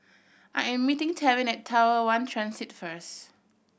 I am meeting Tevin Tower one Transit first